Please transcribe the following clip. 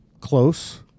close